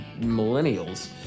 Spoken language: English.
millennials